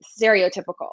stereotypical